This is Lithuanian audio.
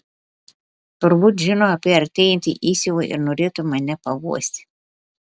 turbūt žino apie artėjantį įsiuvą ir norėtų mane paguosti